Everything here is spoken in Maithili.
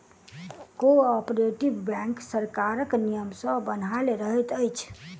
कोऔपरेटिव बैंक सरकारक नियम सॅ बन्हायल रहैत अछि